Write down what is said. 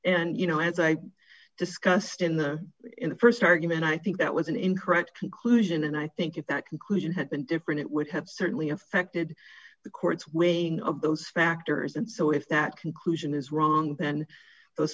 and you know as i discussed in the in the st argument i think that was an incorrect conclusion and i think if that conclusion had been different it would have certainly affected the court's weighing of those factors and so if that conclusion is wrong then those